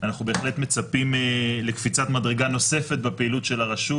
אנחנו בהחלט מצפים לקפיצת מדרגה נוספת בפעילות של הרשות